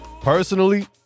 Personally